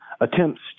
attempts